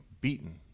beaten